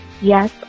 Yes